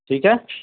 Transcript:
ٹھیک ہے